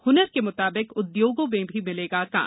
हनर के म्ताबिक उदयोगों में भी मिलेगा काम